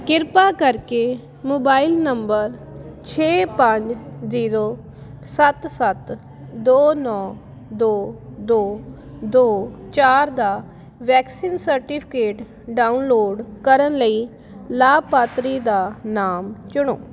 ਕਿਰਪਾ ਕਰਕੇ mobile number ਛੇ ਪੰਜ ਜ਼ੀਰੋ ਸੱਤ ਸੱਤ ਦੋ ਨੌਂ ਦੋ ਦੋ ਦੋ ਚਾਰ ਦਾ ਵੈਕਸੀਨ ਸਰਟੀਫਿਕੇਟ ਡਾਊਨਲੋਡ ਕਰਨ ਲਈ ਲਾਭਪਾਤਰੀ ਦਾ ਨਾਮ ਚੁਣੋ